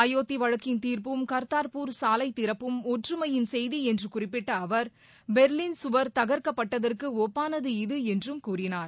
அயோத்தி வழக்கின் தீர்ப்பும் கர்த்தார்பூர் சாலை திறப்பும் ஒற்றுமையின் செய்தி என்று குறிப்பிட்ட அவர் பெர்லின் சுவர் தகர்க்கப் பட்டதற்கு ஒப்பானது இது என்றும் கூறினார்